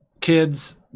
kids